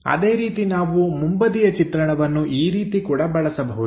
ಅದೇ ರೀತಿ ನಾವು ಮುಂಬದಿಯ ಚಿತ್ರಣವನ್ನು ಈ ರೀತಿ ಕೂಡ ಬಳಸಬಹುದು